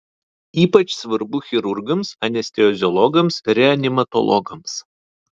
ypač svarbu chirurgams anesteziologams reanimatologams